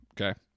Okay